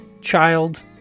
child